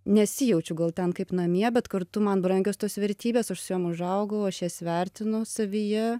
nesijaučiu gal ten kaip namie bet kartu man brangios tos vertybės aš su jom užaugau aš jas vertinu savyje